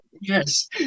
yes